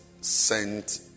sent